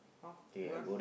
how you want